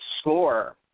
score